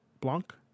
Blanc